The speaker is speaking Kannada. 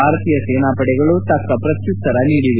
ಭಾರತೀಯ ಸೇನಾ ಪಡೆಗಳು ತಕ್ಕ ಪ್ರತ್ಯುತ್ತರ ನೀಡಿವೆ